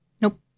Nope